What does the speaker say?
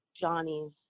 Johnny's